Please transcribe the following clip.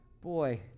boy